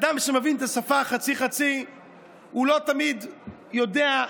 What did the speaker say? אדם שמבין את השפה חצי-חצי לא תמיד יודע,